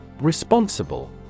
Responsible